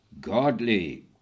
godly